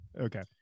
Okay